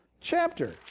chapter